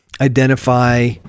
identify